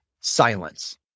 silence